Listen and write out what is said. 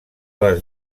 les